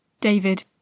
David